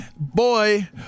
boy